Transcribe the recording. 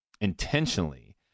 intentionally